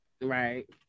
Right